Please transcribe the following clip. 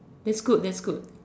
that's good that's good